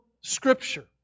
Scripture